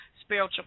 spiritual